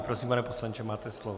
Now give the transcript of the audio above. Prosím, pane poslanče, máte slovo.